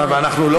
ומה, אנחנו לא?